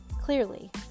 Clearly